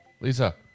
Lisa